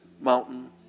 mountain